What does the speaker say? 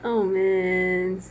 oh man